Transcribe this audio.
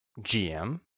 GM